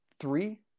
three